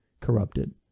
corrupted